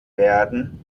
werden